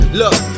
look